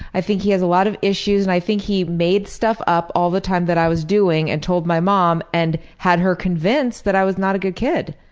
i think he has a lot of issues and i think he made stuff up all the time that i was doing and told my mom and had her convinced that i was not a good kid.